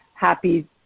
Happy